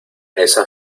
esa